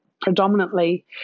predominantly